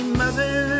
mother